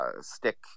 stick